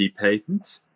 patent